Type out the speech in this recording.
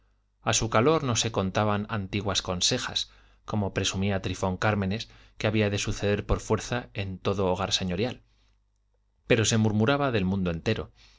a su calor no se contaban antiguas consejas como presumía trifón cármenes que había de suceder por fuerza en todo hogar señorial pero se murmuraba del mundo entero